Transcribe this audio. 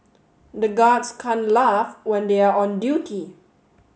the guards can't laugh when they are on duty